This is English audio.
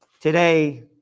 today